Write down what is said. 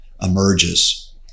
emerges